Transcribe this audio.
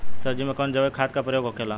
सब्जी में कवन जैविक खाद का प्रयोग होखेला?